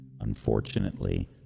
unfortunately